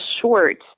short